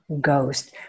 ghost